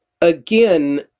again